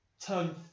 turn